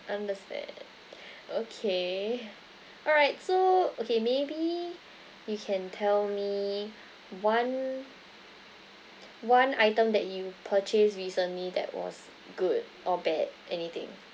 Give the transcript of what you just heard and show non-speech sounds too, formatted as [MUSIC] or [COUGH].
understand [BREATH] okay all right so okay maybe you can tell me one one item that you purchased recently that was good or bad anything